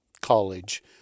College